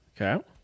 Okay